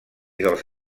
dels